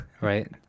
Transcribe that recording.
Right